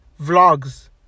Vlogs